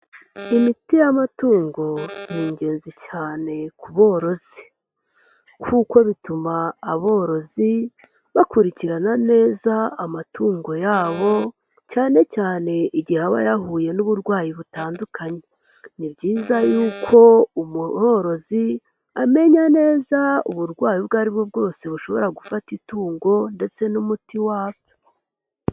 Imiti y'amatungo ni ingenzi cyane ku borozi, kuko bituma aborozi bakurikirana neza amatungo yabo, cyane cyane igihe aba yahuye n'uburwayi butandukanye, ni byiza yuko umworozi amenya neza uburwayi ubwo aribwo bwose bushobora gufata itungo ndetse n'umuti wabyo.